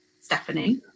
Stephanie